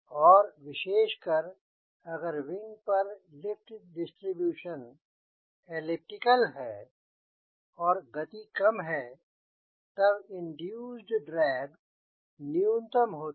और विशेषकर अगर विंग पर लिफ्ट डिस्ट्रीब्यूशन एलिप्टिकल है और गति कम है तब इंड्यूसेड ड्रैग न्यूनतम होता है